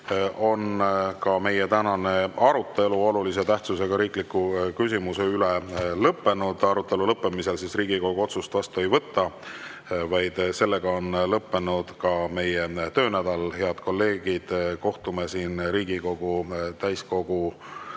on meie tänane arutelu olulise tähtsusega riikliku küsimuse üle lõppenud. Arutelu lõppemisel Riigikogu otsust vastu ei võta. Lõppenud on ka meie töönädal. Head kolleegid, kohtume Riigikogu täiskogus